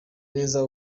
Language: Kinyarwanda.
neza